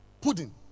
Pudding